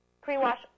Pre-wash